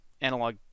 analog